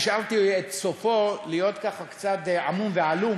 השארתי את סופו קצת עמום ועלום,